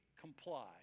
comply